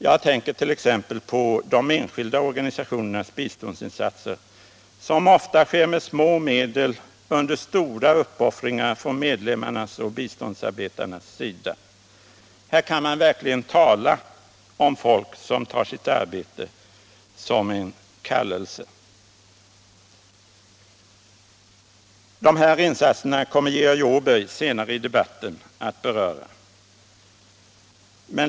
Jag tänker t.ex. på de enskilda organisationernas biståndsinsatser, som ofta sker med små medel under stora uppoffringar från medlemmarnas och biståndsarbetarnas sida. Här kan man verkligen tala om folk som tar sitt arbete som en kallelse. De här insatserna kommer Georg Åberg senare i debatten att beröra.